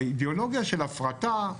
האידיאולוגיה של הפרטה,